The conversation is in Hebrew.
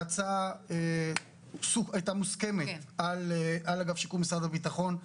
ההצעה הייתה מוסכמת על אגף שיקום משרד הביטחון.